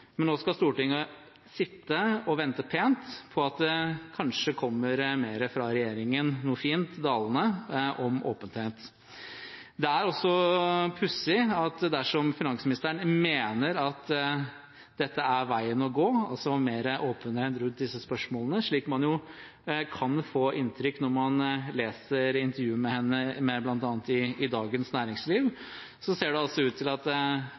men nå skal Stortinget sitte og vente pent på at det kanskje kommer mer fra regjeringen ‒ noe fint dalende ‒ om åpenhet. Det er også pussig at dersom finansministeren mener at dette er veien å gå ‒ altså mer åpenhet rundt disse spørsmålene, slik man kan få inntrykk av når man leser intervjuer med henne, bl.a. i Dagens Næringsliv ‒ så ser det altså ut til at